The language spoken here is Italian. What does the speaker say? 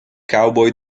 cowboy